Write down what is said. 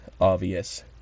obvious